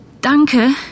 Danke